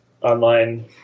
online